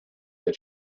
that